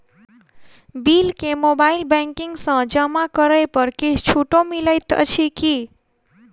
Bill केँ mobile banking सँ जमा करै पर किछ छुटो मिलैत अछि की?